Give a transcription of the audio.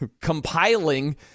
compiling